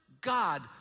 God